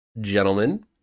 Gentlemen